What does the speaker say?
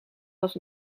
was